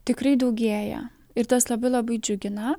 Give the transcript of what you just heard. tikrai daugėja ir tas labai labai džiugina